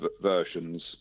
versions